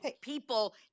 people